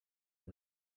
now